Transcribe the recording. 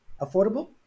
Affordable